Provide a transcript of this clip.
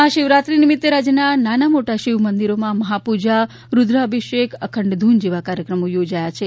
મહાશિવરાત્રી નિમિત્તે રાજ્યના નાના મોટા શિવમંદિરોમાં મહાપૂજા રૂદ્રાભિષેક અખંડ ધૂન જેવા કાર્યક્રમો યોજાયા છે